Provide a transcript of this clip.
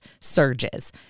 surges